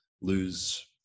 lose